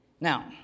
Now